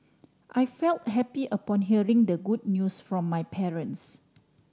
I feel happy upon hearing the good news from my parents